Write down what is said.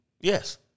Yes